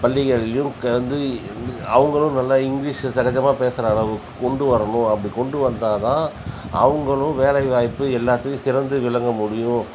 பள்ளிகள்லேயும் வந்து அவங்களும் நல்லா இங்கிலீஷ் சகஜமாக பேசுகிற அளவுக்கு கொண்டு வரணும் அப்படி கொண்டு வந்தால்தான் அவங்களும் வேலை வாய்ப்பு எல்லாத்திலும் சிறந்து விளங்க முடியும்